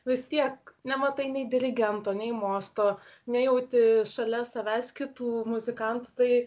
vis tiek nematai nei dirigento nei mosto nejauti šalia savęs kitų muzikantų tai